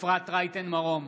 אפרת רייטן מרום,